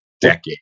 decade